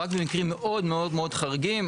רק במקרים חריגים מאוד.